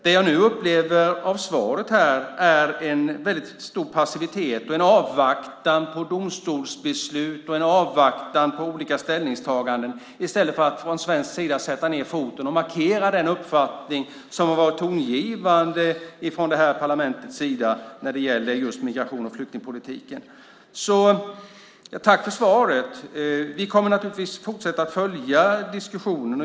Det jag nu upplever i svaret är en väldigt stor passivitet och en avvaktan på domstolsbeslut, en avvaktan på olika ställningstaganden, i stället för att från svensk sida sätta ned foten och markera den uppfattning som har varit tongivande från detta parlaments sida när det gäller migrations och flyktingpolitiken. Jag tackar åter för svaret. Vi kommer naturligtvis att fortsätta att följa diskussionen.